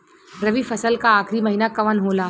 रवि फसल क आखरी महीना कवन होला?